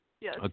yes